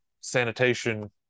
sanitation